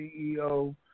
CEO